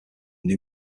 new